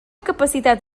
capacitat